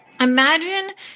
Imagine